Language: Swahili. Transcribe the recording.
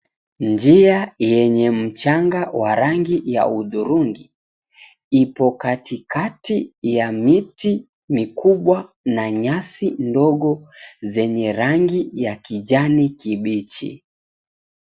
Njia yenye mchanga wa rangi ya hudhurungi ipo katikati ya miti mikubwa na nyasi ndogo zenye rangi ya kijani kibichi.